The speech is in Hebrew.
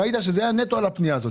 שזה היה נטו על הפנייה הזאת.